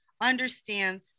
understand